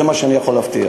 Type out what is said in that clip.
זה מה שאני יכול להבטיח.